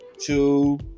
two